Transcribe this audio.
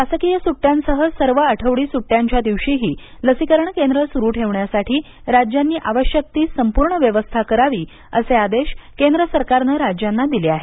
शासकीय सुट्ट्यांसह सर्व आठवडी सुट्ट्यांच्या दिवशीही लसीकरण केंद्र सुरू ठेवण्यासाठी राज्यांनी आवश्यक ती संपूर्ण व्यवस्था करावी असे आदेश केंद्र सरकारनं राज्यांना दिले आहेत